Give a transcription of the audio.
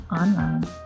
online